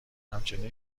همچنین